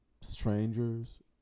strangers